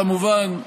כמובן,